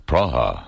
Praha